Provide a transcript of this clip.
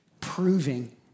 proving